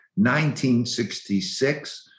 1966